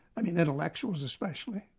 i mean intellectuals especially.